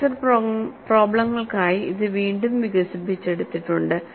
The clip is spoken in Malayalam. ഫ്രാക്ച്ചർ പ്രോബ്ലെങ്ങൾക്കായി ഇത് വീണ്ടും വികസിപ്പിച്ചെടുത്തിട്ടുണ്ട്